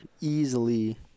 easily